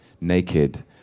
naked